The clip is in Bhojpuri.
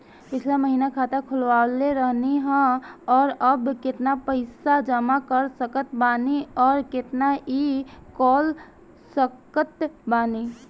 पिछला महीना खाता खोलवैले रहनी ह और अब केतना पैसा जमा कर सकत बानी आउर केतना इ कॉलसकत बानी?